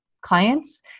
clients